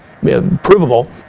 provable